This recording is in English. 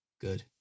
Good